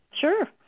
Sure